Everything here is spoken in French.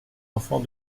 enfant